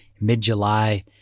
mid-July